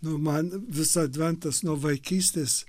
nu man vis adventas nuo vaikystės